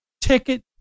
ticket